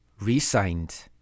Resigned